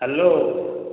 hello